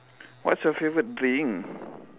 what's your favourite drink